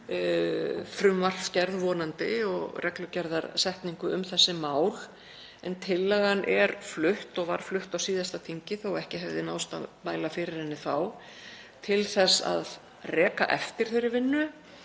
frumvarpsgerð, vonandi, og reglugerðarsetningu um þessi mál, en tillagan er flutt, og var flutt á síðasta þingi þó að ekki hefði náðst að mæla fyrir henni þá, til þess að reka á eftir þeirri vinnu,